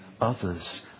others